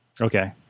Okay